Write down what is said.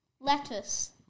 Lettuce